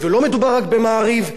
ולא מדובר בעיתון "הארץ",